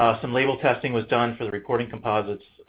ah some label testing was done for the reporting composites.